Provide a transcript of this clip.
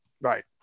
Right